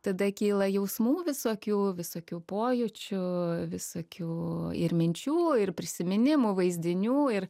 tada kyla jausmų visokių visokių pojūčių visokių ir minčių ir prisiminimų vaizdinių ir